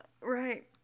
Right